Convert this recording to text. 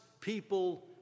people